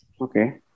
Okay